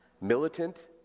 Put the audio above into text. militant